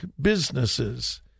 businesses